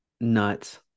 nuts